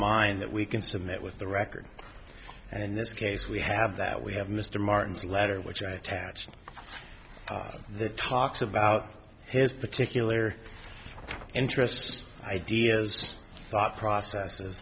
mind that we can submit with the record and in this case we have that we have mr martin's letter which i attach the talks about his particular interest ideas thought processes